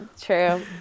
true